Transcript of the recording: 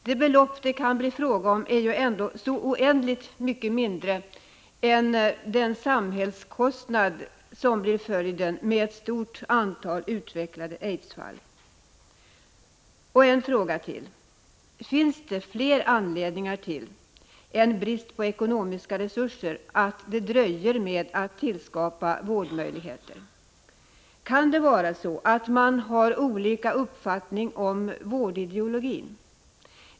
Det belopp som det kan bli fråga om är ju ändå så oändligt mycket mindre än den kostnad för samhället som blir följden av ett stort antal utvecklade aidsfall. En fråga till: Finns det fler anledningar — förutom bristen på ekonomiska resurser — till att det dröjer med tillskapandet av vårdmöjligheter? Kan det vara så, att man har olika uppfattning om vårdideologin?